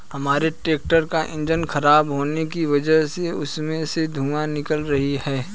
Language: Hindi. हमारे ट्रैक्टर का इंजन खराब होने की वजह से उसमें से धुआँ निकल रही है